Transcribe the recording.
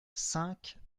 cinq